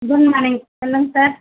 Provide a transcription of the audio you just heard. good morning சொல்லுங்க sir